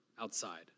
outside